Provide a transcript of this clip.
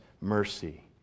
mercy